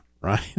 right